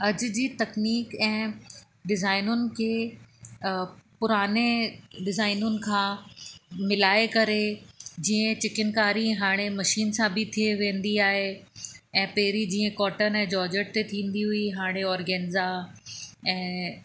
अॼु जी तकनीक ऐं डिज़ाइनुनि के पुराने डिज़ाइनुनि खां मिलाए करे जीअं चिकनकारी हाणे मशीन सां बि थी वेंदी आहे ऐं पहिरीं जीअं कॉटन ऐं जॉरजट ते थींदी हुई हाणे ऑरगेंज़ा ऐं